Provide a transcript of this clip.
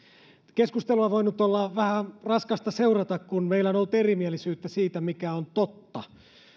keskustelua on voinut olla vähän raskasta seurata kun meillä on ollut erimielisyyttä siitä mikä on totta